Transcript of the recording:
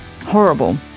horrible